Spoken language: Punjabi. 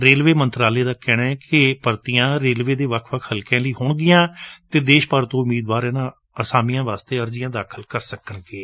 ਰੇਲਵੇ ਮੰਤਰਾਲੇ ਦਾ ਕਹਿਣੈ ਕਿ ਭਰਤੀਆਂ ਰੇਲਵੇ ਦੇ ਵੱਖ ਵੱਖ ਹਲਕਿਆਂ ਲਈ ਹੋਣਗੀਆਂ ਅਤੇ ਦੇਸ਼ ਭਰ ਤੋਂ ਉਮੀਦਵਾਰ ਇਨ੍ਹਾਂ ਅਸਾਮੀਆਂ ਵਾਸਤੇ ਅਰਜ਼ੀਆਂ ਦਾਖਲ ਕਰ ਸਕਣਗੇ